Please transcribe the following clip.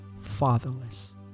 fatherless